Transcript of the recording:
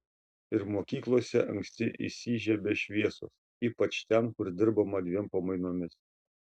ir mokyklose anksti įsižiebia šviesos ypač ten kur dirbama dviem pamainomis